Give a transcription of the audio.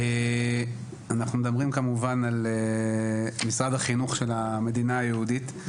אנחנו מדברים כמובן על משרד החינוך של המדינה היהודית.